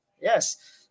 yes